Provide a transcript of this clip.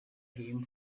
him